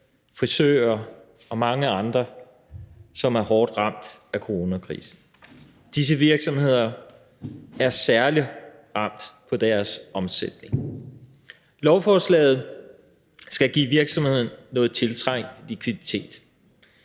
frisører og mange andre, som er hårdt ramt af coronakrisen. Disse virksomheder er særlig ramt på deres omsætning. Lovforslaget skal give virksomhederne noget tiltrængt likviditet.